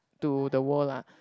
to the wall lah